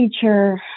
teacher